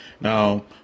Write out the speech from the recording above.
now